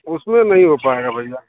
उसमें नहीं हो पाएगा भैया